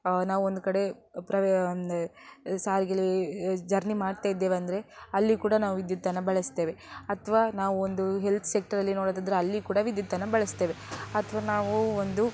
ನಾವು ಒಂದು ಕಡೆ ಪ್ರಯ ಅಂದರೆ ಸಾರಿಗೆಯಲ್ಲಿ ಜರ್ನಿ ಮಾಡ್ತಾಯಿದ್ದೇವೆ ಅಂದರೆ ಅಲ್ಲಿ ಕೂಡ ನಾವು ವಿದ್ಯುತ್ತನ್ನು ಬಳಸ್ತೇವೆ ಅಥವಾ ನಾವು ಒಂದು ಹೆಲ್ತ್ ಸೆಕ್ಟರಲ್ಲಿ ನೋಡೋದಾದರೆ ಅಲ್ಲಿ ಕೂಡ ವಿದ್ಯುತ್ತನ್ನು ಬಳಸ್ತೇವೆ ಅಥವಾ ನಾವು ಒಂದು